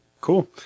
Cool